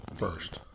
First